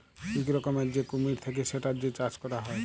ইক রকমের যে কুমির থাক্যে সেটার যে চাষ ক্যরা হ্যয়